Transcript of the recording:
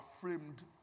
framed